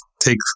take